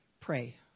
pray